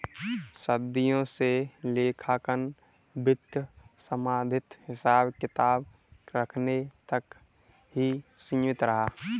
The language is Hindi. सदियों से लेखांकन वित्त संबंधित हिसाब किताब रखने तक ही सीमित रहा